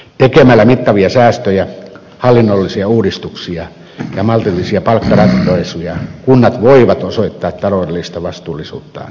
tekemällä mittavia säästöjä hallinnollisia uudistuksia ja maltillisia palkkaratkaisuja kunnat voivat osoittaa taloudellista vastuullisuuttaan